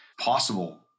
possible